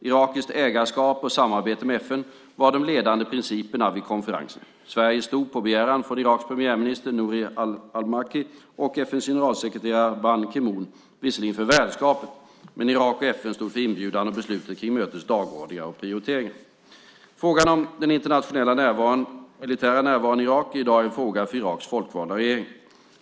Irakiskt ägarskap och samarbete med FN var de ledande principerna vid konferensen. Sverige stod, på begäran från Iraks premiärminister Nouri al-Maliki och FN:s generalsekreterare Ban Ki-moon, visserligen för värdskapet, men Irak och FN stod för inbjudan och besluten kring mötets dagordning och prioriteringar. Frågan om den internationella militära närvaron i Irak är i dag en fråga för Iraks folkvalda regering.